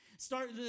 Start